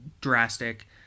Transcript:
drastic